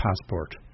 passport